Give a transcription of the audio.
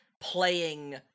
playing